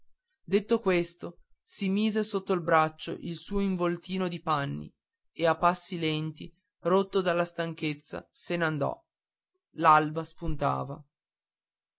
detto questo si mise sotto il braccio il suo involtino di panni e a lenti passi rotto dalla stanchezza se n'andò l'alba spuntava